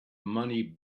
money